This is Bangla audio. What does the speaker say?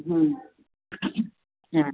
হুম না